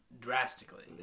drastically